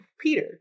Peter